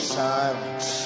silence